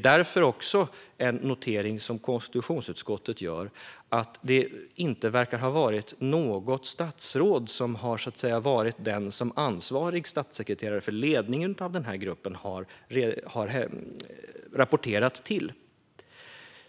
Konstitutionsutskottet noterar därför också att det inte verkar ha varit något statsråd som har varit den som den statssekreterare som varit ansvarig för ledningen av denna grupp har rapporterat till.